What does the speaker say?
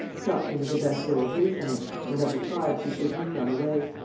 something of the best way of reaching it, and of the tribes he should meet on the way.